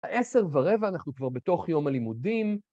עשר ורבע אנחנו כבר בתוך יום הלימודים,